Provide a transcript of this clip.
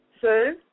Sue